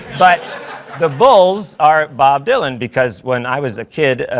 but the bulls are bob dylan, because when i was a kid,